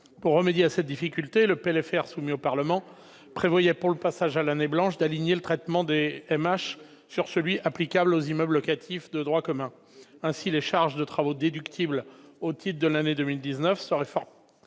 Pour remédier à cette difficulté, le PLFR soumis au Parlement prévoyait, pour le passage à l'année blanche, d'aligner le traitement des monuments historiques sur celui qui est applicable aux immeubles locatifs de droit commun. Ainsi, les charges de travaux déductibles au titre de l'année 2019 seraient